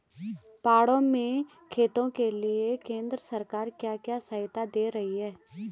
पहाड़ों में खेती के लिए केंद्र सरकार क्या क्या सहायता दें रही है?